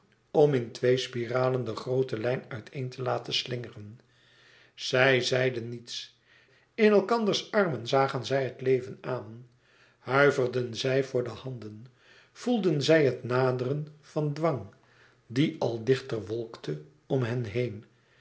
om in twee spiralen de groote lijn uit een te laten slingeren zij zeiden niets in elkanders armen zagen zij het leven aan huiverden zij voor de handen voelden zij het naderen van den dwang die al dichter wolkte om hen heen